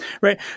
right